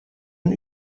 een